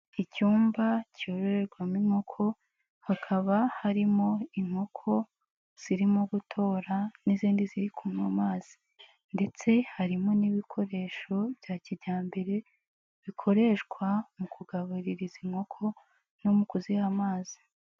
Icyumba cyororerwamo inkoko, hakaba harimo inkoko zirimo gutora n'izindi ziri kunywa amazi ndetse harimo n'ibikoresho bya kijyambere bikoreshwa mu kugaburira izi nkoko no mu kuziha amazi.